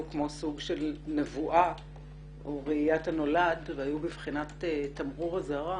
כמו סוג של נבואה או ראיית הנולד והיו בבחינת תמרור אזהרה,